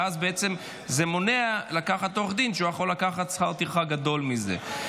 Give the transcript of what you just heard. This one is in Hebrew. ואז בעצם זה מונע לקחת עורך דין שיכול לקחת שכר טרחה גדול מזה.